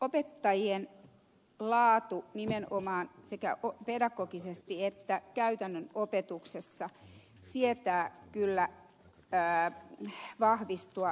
opettajien laatu nimenomaan sekä pedagogisesti että käytännön opetuksessa sietää kyllä vahvistua nykypäivästä